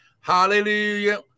Hallelujah